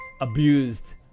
abused